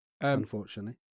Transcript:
unfortunately